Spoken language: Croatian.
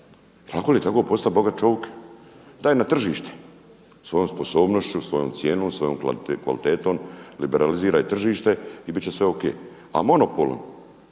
… je tako postao bogat čovjek. Daj na tržište svojom sposobnošću, svojom cijenom, svojom kvalitetom liberaliziraj tržište i bit će sve o.k. a monopolom,